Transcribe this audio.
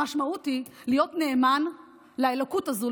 המשמעות היא להיות נאמן לאלוקות הזו,